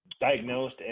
diagnosed